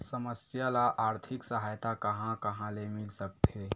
समस्या ल आर्थिक सहायता कहां कहा ले मिल सकथे?